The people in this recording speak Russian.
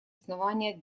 основания